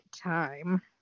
time